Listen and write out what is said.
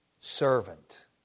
servant